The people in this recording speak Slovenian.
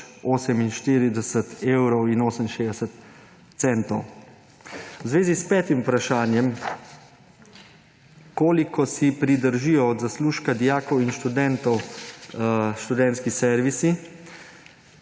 48 evrov in 68 centov. V zvezi s petim vprašanjem, koliko si pridržijo od zaslužka dijakov in študentov študentski servisi,